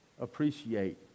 appreciate